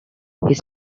his